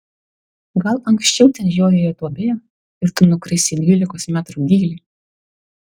gal anksčiau ten žiojėjo duobė ir tu nukrisi į dvylikos metrų gylį